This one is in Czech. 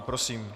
Prosím.